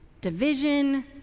division